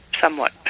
somewhat